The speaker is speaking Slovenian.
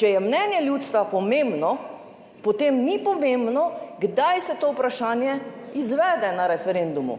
Če je mnenje ljudstva pomembno, potem ni pomembno kdaj se to vprašanje izvede na referendumu,